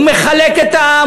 הוא מחלק את העם.